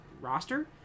roster